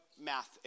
math